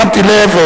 שמתי לב.